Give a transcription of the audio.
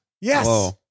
Yes